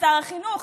שר החינוך,